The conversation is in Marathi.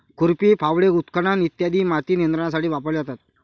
खुरपी, फावडे, उत्खनन इ माती नियंत्रणासाठी वापरले जातात